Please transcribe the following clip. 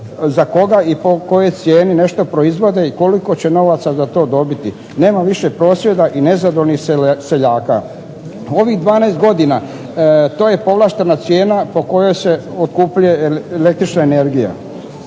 za koga i po kojoj cijeni nešto proizvode i koliko će novaca za to dobiti. Nema više prosvjeda i nezadovoljnih seljaka. U ovih 12 godina to je povlaštena cijena po kojoj se otkupljuje električna energija.